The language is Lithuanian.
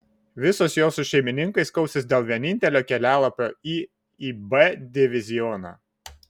visos jos su šeimininkais kausis dėl vienintelio kelialapio į ib divizioną